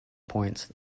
points